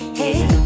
hey